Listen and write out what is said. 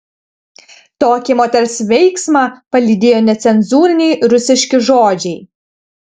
tokį moters veiksmą palydėjo necenzūriniai rusiški žodžiai